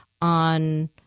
on